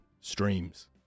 streams